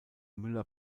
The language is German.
müller